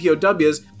POWs